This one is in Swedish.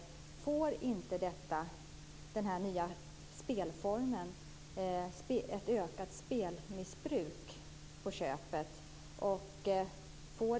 Leder inte den nya spelformen till ett ökat spelmissbruk på köpet?